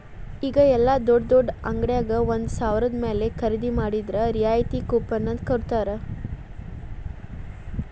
ಈಗ ಯೆಲ್ಲಾ ದೊಡ್ಡ್ ದೊಡ್ಡ ಅಂಗಡ್ಯಾಗ ಒಂದ ಸಾವ್ರದ ಮ್ಯಾಲೆ ಖರೇದಿ ಮಾಡಿದ್ರ ರಿಯಾಯಿತಿ ಕೂಪನ್ ಅಂತ್ ಕೊಡ್ತಾರ